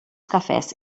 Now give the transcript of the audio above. cafès